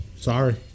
Sorry